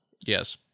Yes